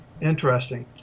Interesting